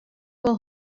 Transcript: wol